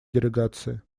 делегации